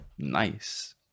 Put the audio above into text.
Nice